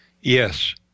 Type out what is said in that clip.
Yes